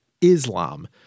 Islam